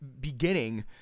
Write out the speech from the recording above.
beginning